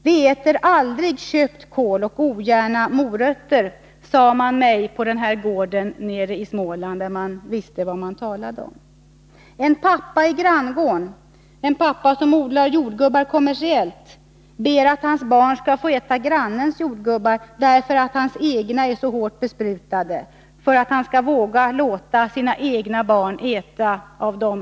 ”Vi äter aldrig köpt kål och ogärna morötter”, sade man mig på den här gården i Småland. Där visste man vad man talade om. En pappa i granngården som odlar jordgubbar kommersiellt ber att hans barn skall få äta grannens jordgubbar därför att hans egna är för hårt besprutade för att han skall våga låta sina egna barn äta av dem.